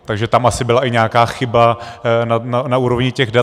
Takže tam asi byla i nějaká chyba na úrovni těch dat.